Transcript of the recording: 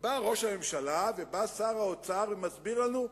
ובא ראש הממשלה, ובא שר האוצר, ומסבירים לנו,